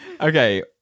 Okay